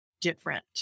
different